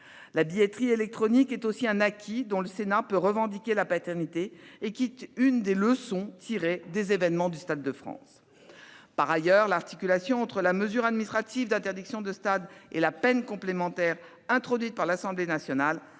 La billetterie électronique est un autre acquis dont le Sénat peut revendiquer la paternité. C'est aussi l'une des leçons tirées des événements du Stade de France. Par ailleurs, l'articulation entre la mesure administrative d'interdiction de stade et la peine complémentaire, introduite par l'Assemblée nationale,